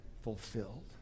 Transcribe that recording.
fulfilled